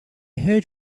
heard